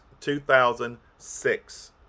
2006